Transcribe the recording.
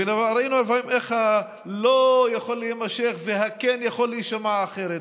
וראינו לפעמים איך ה"לא" יכול להימשך וה"כן" יכול להישמע אחרת.